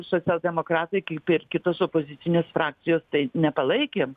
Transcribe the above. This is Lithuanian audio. socialdemokratai kaip ir kitos opozicinės frakcijos tai nepalaikėm